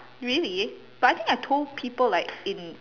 really but I think I told people like in